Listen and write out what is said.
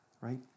right